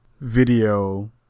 video